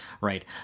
right